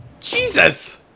Jesus